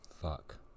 Fuck